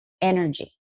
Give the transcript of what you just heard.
energy